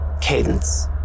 cadence